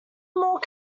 moore